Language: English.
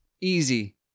Easy